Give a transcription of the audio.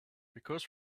because